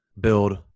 build